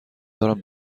دارم